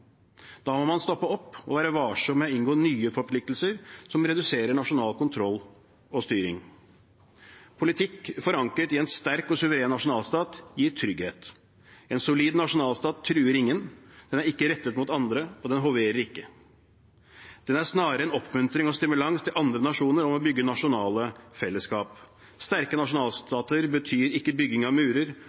Da må man stoppe opp og være varsom med å inngå nye forpliktelser som reduserer nasjonal kontroll og styring. Politikk forankret i en sterk og suveren nasjonalstat gir trygghet. En solid nasjonalstat truer ingen. Den er ikke rettet mot andre, og den hoverer ikke. Den er snarere en oppmuntring og stimulans til andre nasjoner om å bygge nasjonale fellesskap. Sterke nasjonalstater betyr ikke bygging av murer,